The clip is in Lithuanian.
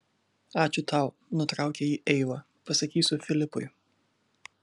ačiū tau nutraukė jį eiva pasakysiu filipui